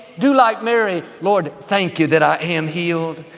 do like mary, lord, thank you that i am healed.